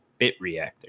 BitReactor